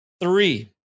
three